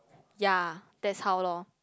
ya that's how lor